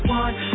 one